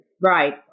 Right